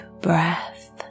breath